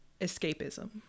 Escapism